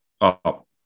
up